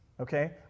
okay